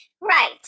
Right